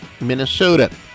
Minnesota